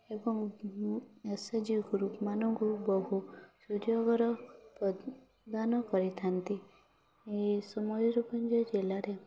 ଏବଂ S A G ଗ୍ରୁପ୍ମାନଙ୍କୁ ବହୁ ସୁଯୋଗର ପ୍ରଦାନ କରିଥାନ୍ତି ଏଇ ମୟୁରଭଞ୍ଜ ଜିଲ୍ଲାରେ